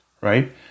right